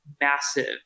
massive